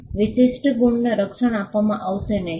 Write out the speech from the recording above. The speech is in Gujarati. વિશિષ્ટ ગુણને રક્ષણ આપવામાં આવશે નહીં